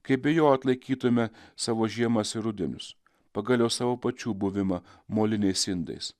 kaip be jo atlaikytume savo žiemas ir rudenius pagaliau savo pačių buvimą moliniais indais